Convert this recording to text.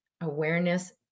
Awareness